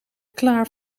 klaar